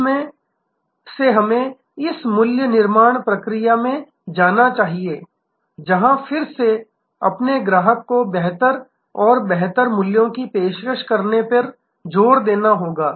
उसमें से हमें इस मूल्य निर्माण प्रक्रिया में जाना चाहिए जहां फिर से अपने ग्राहक को बेहतर और बेहतर मूल्यों की पेशकश करने पर जोर देना होगा